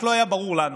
רק לא היה ברור לנו.